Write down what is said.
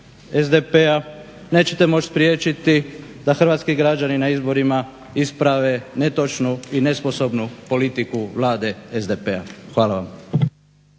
SDP-a, nećete moći spriječiti da hrvatski građani na izborima isprave netočnu i nesposobnu politiku Vlade SDP-a. Hvala vam.